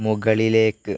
മുകളിലേക്ക്